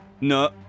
no